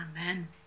Amen